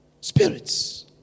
Spirits